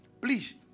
Please